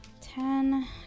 Ten